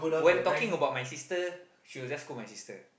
when talking about my sister she would just scold my sister